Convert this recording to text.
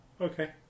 Okay